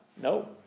No